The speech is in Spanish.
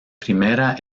primera